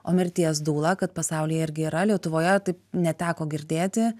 o mirties dūla kad pasaulyje irgi yra lietuvoje taip neteko girdėti